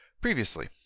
Previously